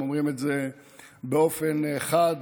הם אומרים את זה באופן חד,